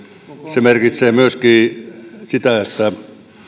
se merkitsee myöskin sitä että